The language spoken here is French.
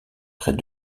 près